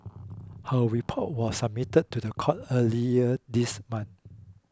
her report was submitted to the courts earlier this month